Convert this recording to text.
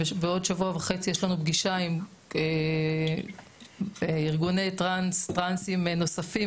ובעוד שבוע וחצי יש לנו פגישה עם ארגוני טרנסים נוספים,